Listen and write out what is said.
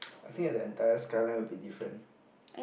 I think that the entire skyline will be different